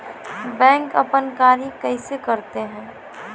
Bank अपन कार्य कैसे करते है?